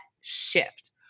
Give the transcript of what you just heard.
shift